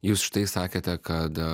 jūs štai sakėte kad